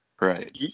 Right